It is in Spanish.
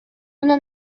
una